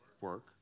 work